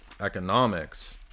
economics